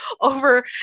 over